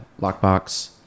lockbox